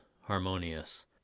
harmonious